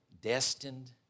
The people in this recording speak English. Destined